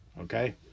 okay